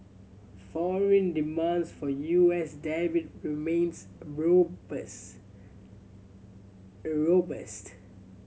foreign demands for U S debt remains robust